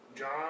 John